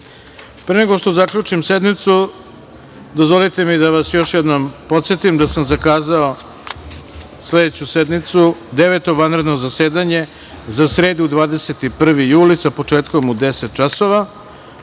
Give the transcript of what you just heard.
nego što zaključim sednicu, dozvolite mi da vas još jednom podsetim da sam zakazao sledeću sednicu Deveto vanredno zasedanje za sredu 21. jul sa početkom u 10.00